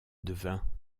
devint